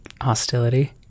hostility